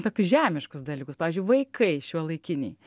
tokius žemiškus dalykus pavyzdžiui vaikai šiuolaikiniai